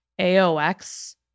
AOX